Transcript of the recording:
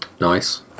Nice